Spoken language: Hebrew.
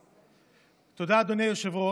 תודה, אדוני היושב-ראש.